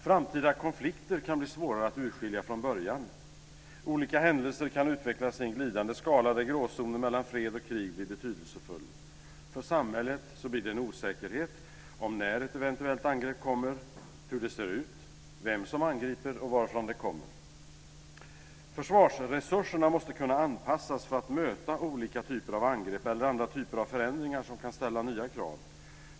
Framtida konflikter kan bli svårare att urskilja från början. Olika händelser kan utvecklas i en glidande skala, där gråzonen mellan fred och krig blir betydelsefull. För samhället blir det en osäkerhet om när ett eventuellt angrepp kommer, hur det ser ut, vem som angriper och varifrån det kommer. Försvarsresurserna måste kunna anpassas för att möta olika typer av angrepp eller andra typer av förändringar som kan ställa nya krav.